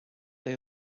they